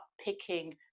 picking